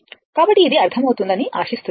కాబట్టి ఇది అర్థమవుతుందని ఆశిస్తున్నాము